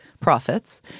profits